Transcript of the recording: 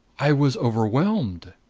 i was overwhelmed.